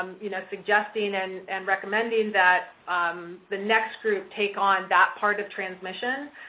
you know, suggesting and and recommending that the next group take on that part of transmission,